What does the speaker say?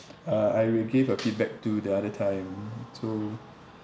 uh I will give a feedback to the other time so